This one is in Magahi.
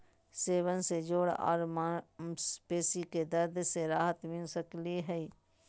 सेवन से जोड़ आर मांसपेशी के दर्द से राहत मिल सकई हई